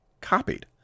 copied